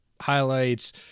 highlights